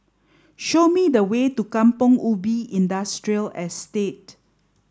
show me the way to Kampong Ubi Industrial Estate